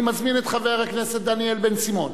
אני מזמין את חבר הכנסת דניאל בן-סימון